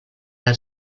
del